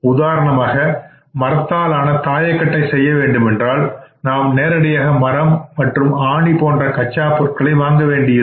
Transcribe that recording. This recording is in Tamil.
உதாரணமாக மரத்தாலான தாயக்கட்டை செய்யவேண்டுமென்றால் நாம் நேரடியாக மரம் மற்றும் ஆணி போன்ற கச்சாப் பொருட்களை வாங்க வேண்டியிருக்கும்